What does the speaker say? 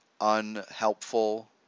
unhelpful